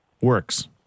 works